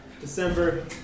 December